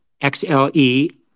xle